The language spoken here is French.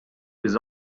les